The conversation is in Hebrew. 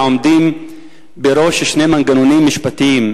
העומדות בראש שני מנגנונים משפטיים,